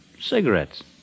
cigarettes